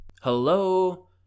Hello